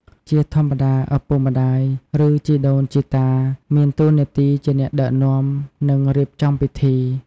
ជាធម្មតា ឪពុកម្ដាយ ឬជីដូនជីតា មានតួនាទីជាអ្នកដឹកនាំ និងរៀបចំពិធី។